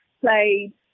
played